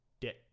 debt